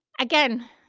again